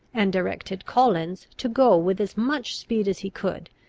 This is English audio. and directed collins to go with as much speed as he could,